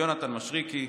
יונתן מישרקי,